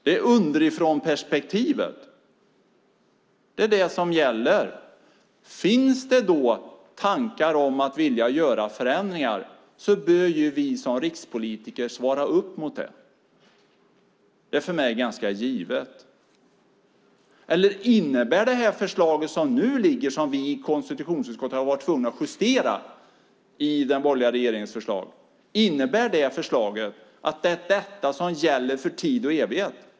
Det är underifrånperspektivet som gäller. Finns det då tankar om att vilja göra förändringar bör vi som rikspolitiker svara upp mot det. Det är för mig ganska givet. Eller innebär det förslag från den borgerliga regeringen som nu föreligger, som vi i konstitutionsutskottet har varit tvungna att justera, att det är detta som gäller för tid och evighet?